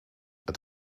het